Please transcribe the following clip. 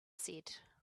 said